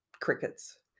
crickets